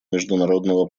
международного